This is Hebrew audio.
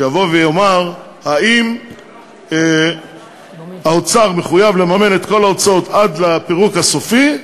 שיבוא ויאמר אם האוצר מחויב לממן את כל ההוצאות עד לפירוק הסופי,